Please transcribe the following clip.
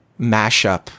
mashup